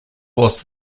was